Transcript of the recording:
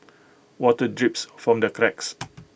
water drips from the cracks